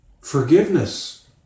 Forgiveness